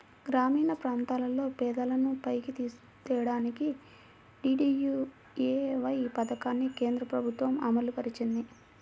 గ్రామీణప్రాంతాల్లో పేదలను పైకి తేడానికి డీడీయూఏవై పథకాన్ని కేంద్రప్రభుత్వం అమలుపరిచింది